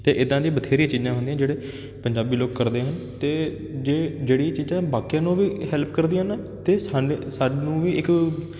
ਅਤੇ ਇੱਦਾਂ ਦੀ ਬਥੇਰੀਆਂ ਚੀਜ਼ਾਂ ਹੁੰਦੀਆਂ ਜਿਹੜੇ ਪੰਜਾਬੀ ਲੋਕ ਕਰਦੇ ਹਨ ਅਤੇ ਜੇ ਜਿਹੜੀ ਚੀਜ਼ਾਂ ਬਾਕੀਆਂ ਨੂੰ ਵੀ ਹੈਲਪ ਕਰਦੀਆਂ ਹਨ ਅਤੇ ਸਾਨ ਸਾਨੂੰ ਵੀ ਇੱਕ